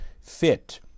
fit